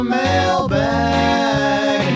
mailbag